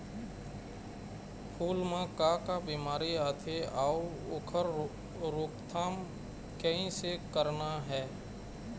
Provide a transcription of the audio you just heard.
फूल म का का बिमारी आथे अउ ओखर रोकथाम कइसे करना हे?